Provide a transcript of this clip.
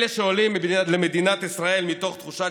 אלה שעולים למדינת ישראל מתוך תחושת